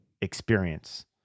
experience